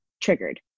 Triggered